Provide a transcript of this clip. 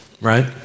right